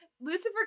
Lucifer